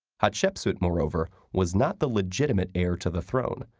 hatshepsut, moreover, was not the legitimate heir to the thrown,